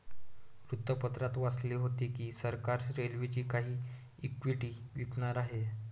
वृत्तपत्रात वाचले होते की सरकार रेल्वेची काही इक्विटी विकणार आहे